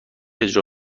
اجرا